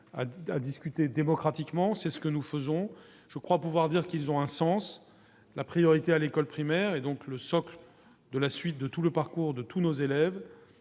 à discuter démocratiquement, c'est ce que nous faisons, je crois pouvoir dire qu'ils ont un sens, la priorité à l'école primaire et donc le socle de la suite de tout le parcours de tous nos élèves,